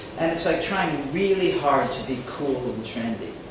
and it's like trying really hard to be cool and trendy.